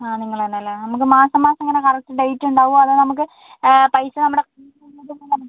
ആ നിങ്ങൾ ആണ് അല്ലേ നമുക്ക് മാസം മാസം ഇങ്ങനെ കറക്റ്റ് ഡേറ്റ് ഉണ്ടാവുമോ അതോ നമുക്ക് പൈസ നമ്മുടെ